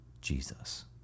Jesus